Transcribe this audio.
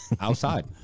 Outside